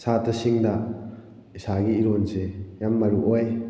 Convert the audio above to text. ꯁꯥꯇ꯭ꯔꯁꯤꯡꯗ ꯅꯤꯁꯥꯒꯤ ꯏꯔꯣꯟꯁꯦ ꯌꯥꯝ ꯃꯔꯨ ꯑꯣꯏ